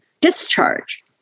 discharge